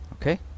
okay